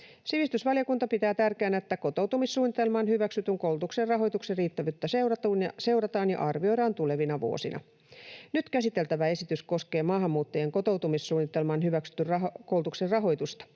Sivistysvaliokunta pitää tärkeänä, että kotoutumissuunnitelmaan hyväksytyn koulutuksen rahoituksen riittävyyttä seurataan ja arvioidaan tulevina vuosina. Nyt käsiteltävä esitys koskee maahanmuuttajien kotoutumissuunnitelmaan hyväksytyn koulutuksen rahoitusta.